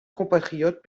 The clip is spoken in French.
compatriotes